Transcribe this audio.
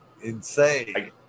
Insane